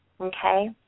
Okay